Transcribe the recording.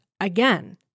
again